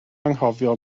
anghofio